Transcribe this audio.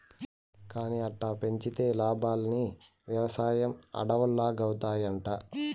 కానీ అట్టా పెంచితే లాబ్మని, వెవసాయం అడవుల్లాగౌతాయంట